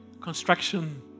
Construction